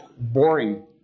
boring